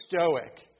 stoic